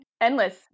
Endless